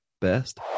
best